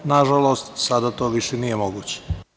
Nažalost, sada to više nije moguće.